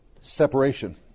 separation